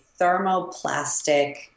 thermoplastic